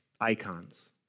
Icons